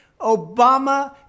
obama